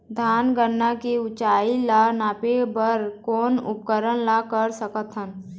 धान गन्ना के ऊंचाई ला नापे बर कोन उपकरण ला कर सकथन?